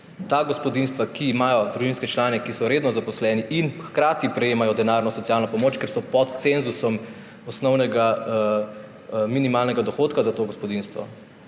gospodinjstva, ki imajo družinske člane, ki so redno zaposleni in hkrati prejemajo denarno socialno pomoč, ker so pod cenzusom osnovnega minimalnega dohodka za to gospodinjstvo,